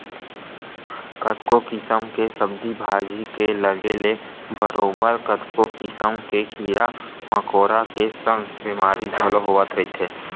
कतको किसम के सब्जी भाजी के लगे ले बरोबर कतको किसम के कीरा मकोरा के संग बेमारी घलो होवत रहिथे